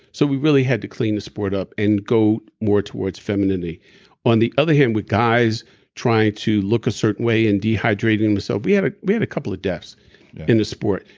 so we really had to clean the sport up and go more towards femininity on the other hand, with guys trying to look a certain way and dehydrating themselves. so we had we had a couple of deaths in the sport.